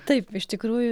taip iš tikrųjų